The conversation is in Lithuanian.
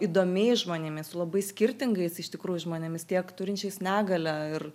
įdomiais žmonėmis labai skirtingais iš tikrųjų žmonėmis tiek turinčiais negalią ir